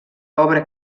obra